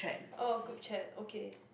oh group chat okay